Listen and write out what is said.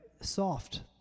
soft